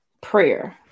prayer